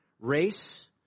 Race